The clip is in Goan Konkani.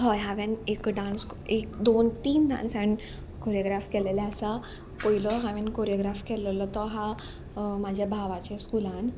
हय हांवें एक डांस एक दोन तीन डांसान कोरियोग्राफ केल्लेले आसा पयलो हांवें कोरियोग्राफ केल्लो तो हा म्हाज्या भावाच्या स्कुलान